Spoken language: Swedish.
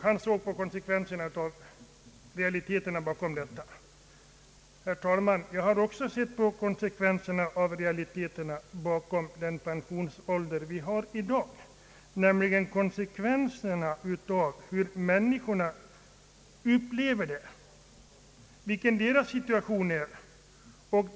Han såg på konsekvenserna och realiteterna bakom mitt resonemang. Jag har också, herr talman, sett på konsekvenserna och realiteterna bakom den pensionsålder vi har i dag, nämligen hur människorna upplever sin situation.